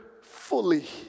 fully